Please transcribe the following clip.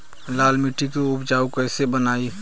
लाल मिट्टी के उपजाऊ कैसे बनाई?